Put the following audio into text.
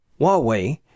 Huawei